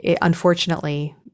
unfortunately